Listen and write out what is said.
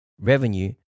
revenue